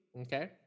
okay